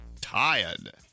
tired